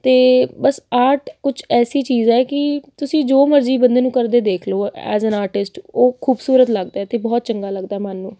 ਅਤੇ ਬਸ ਆਰਟ ਕੁਛ ਐਸੀ ਚੀਜ਼ ਹੈ ਕਿ ਤੁਸੀਂ ਜੋ ਮਰਜ਼ੀ ਬੰਦੇ ਨੂੰ ਕਰਦੇ ਦੇਖ ਲਓ ਐਜ ਐਨ ਆਰਟਿਸਟ ਉਹ ਖੂਬਸੂਰਤ ਲੱਗਦਾ ਹੈ ਅਤੇ ਬਹੁਤ ਚੰਗਾ ਲੱਗਦਾ ਮਨ ਨੂੰ